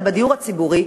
אבל בדיור הציבורי,